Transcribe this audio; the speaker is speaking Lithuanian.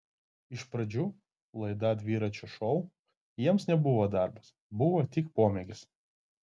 iš pradžių laida dviračio šou jiems nebuvo darbas buvo tik pomėgis